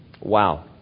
Wow